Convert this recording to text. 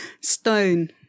Stone